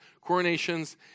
coronations